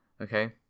Okay